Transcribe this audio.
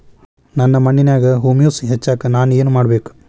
ನನ್ನ ಮಣ್ಣಿನ್ಯಾಗ್ ಹುಮ್ಯೂಸ್ ಹೆಚ್ಚಾಕ್ ನಾನ್ ಏನು ಮಾಡ್ಬೇಕ್?